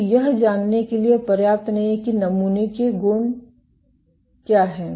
तो यह जानने के लिए पर्याप्त नहीं है कि नमूने के गुण क्या है